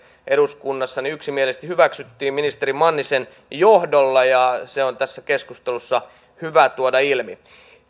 eduskunnassa yksimielisesti hyväksyttiin ministeri mannisen johdolla se on tässä keskustelussa hyvä tuoda ilmi